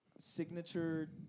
signature